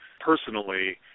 personally